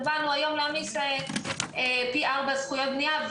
באנו" היום להעמיס פי ארבעה זכויות בנייה.